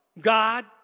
God